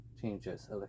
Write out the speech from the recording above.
changes